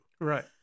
Right